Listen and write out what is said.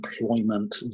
employment